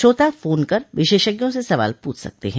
श्रोता फोन कर विशेषज्ञ से सवाल पूछ सकते हैं